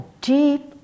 deep